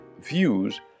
views